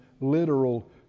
literal